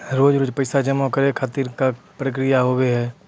रोज रोज पैसा जमा करे खातिर का प्रक्रिया होव हेय?